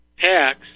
tax